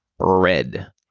red